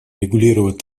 регулировать